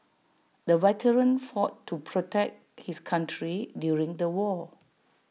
the veteran fought to protect his country during the war